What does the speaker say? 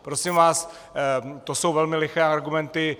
Prosím vás, to jsou velmi liché argumenty.